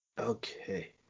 okay